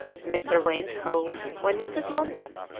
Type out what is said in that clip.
mr. wain's home, when not in london,